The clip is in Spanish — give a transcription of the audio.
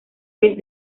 pez